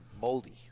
moldy